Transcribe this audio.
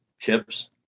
chips